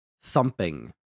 thumping